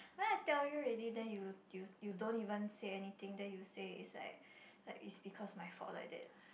then I tell you already then you you you don't even say anything then you say it's like like is because my fault like that